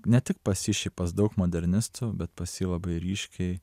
ne tik pas jį šiaip pas daug modernistų bet pas jį labai ryškiai